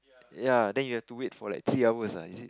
ya then you have to wait for like three hours ah is it